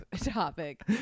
topic